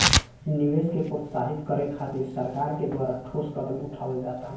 निवेश के प्रोत्साहित करे खातिर सरकार के द्वारा ठोस कदम उठावल जाता